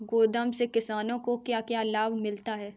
गोदाम से किसानों को क्या क्या लाभ मिलता है?